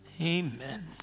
Amen